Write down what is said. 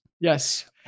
Yes